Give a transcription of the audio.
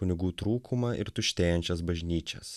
kunigų trūkumą ir tuštėjančias bažnyčias